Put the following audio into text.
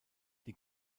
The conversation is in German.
die